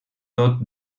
tot